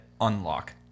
Unlock